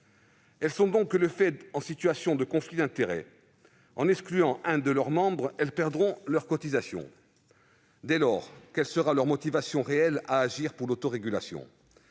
Elles sont de fait en situation de conflit d'intérêts : en excluant un de leurs membres, elles perdront leur cotisation. Dès lors, quelle sera leur motivation réelle à agir en faveur de l'autorégulation ?